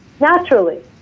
naturally